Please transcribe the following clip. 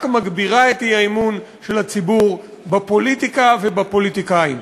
רק מגבירה את האי-אמון של הציבור בפוליטיקה ובפוליטיקאים.